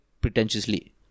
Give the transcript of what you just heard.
pretentiously